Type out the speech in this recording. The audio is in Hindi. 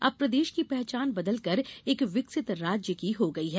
अब प्रदेश की पहचान बदलकर एक विकसित राज्य की हो गई है